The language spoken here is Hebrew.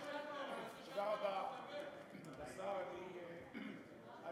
רק, אני